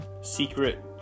Secret